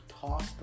toss